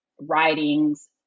writings